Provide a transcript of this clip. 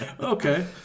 Okay